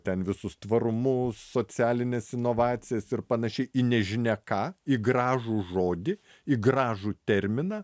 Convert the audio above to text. ten visus tvarumus socialines inovacijas ir panašiai į nežinia ką į gražų žodį į gražų terminą